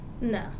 No